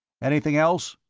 anything else?